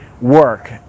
work